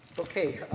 okay.